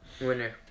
Winner